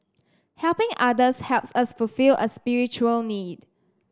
helping others helps us fulfil a spiritual need